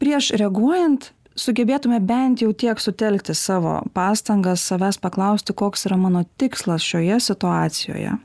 prieš reaguojant sugebėtume bent jau tiek sutelkti savo pastangas savęs paklausti koks yra mano tikslas šioje situacijoje